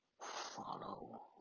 follow